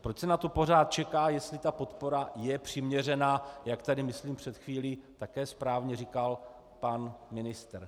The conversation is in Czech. Proč se na to pořád čeká, jestli ta podpora je přiměřená, jak tady myslím před chvílí také správně říkal pan ministr?